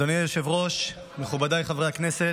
אדוני היושב-ראש, מכודיי חברי הכנסת.